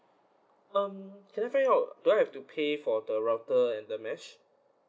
um can I find out do I have to pay for the router and the mesh